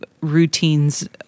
routines